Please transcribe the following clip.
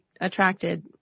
attracted